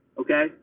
okay